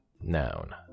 noun